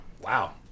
Wow